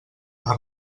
per